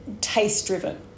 taste-driven